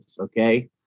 okay